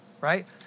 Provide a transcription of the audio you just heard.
right